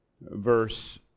verse